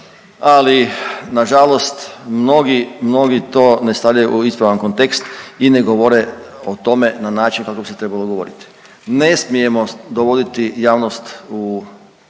ali nažalost mnogi, mnogi to ne stavljaju u ispravan kontekst i ne govore o tome na način kako bi se trebalo govoriti. Ne smijemo dovoditi javnost u